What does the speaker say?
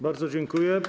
Bardzo dziękuję.